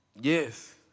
Yes